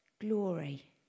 glory